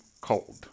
cold